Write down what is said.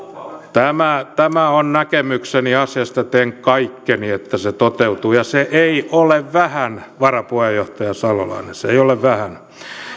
tämä tämä on näkemykseni asiasta ja teen kaikkeni että se toteutuu ja se ei ole vähän varapuheenjohtaja salolainen se ei ole vähän